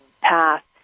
path